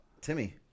Timmy